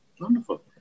Wonderful